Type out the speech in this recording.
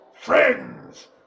friends